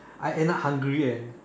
I end up hungry and